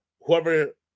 whoever